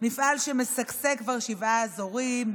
מפעל שמשגשג כבר שבעה עשורים.